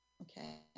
okay